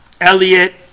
Elliot